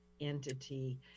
entity